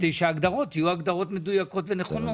כדי שההגדרות יהיו הגדרות מדויקות ונכונות.